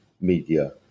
media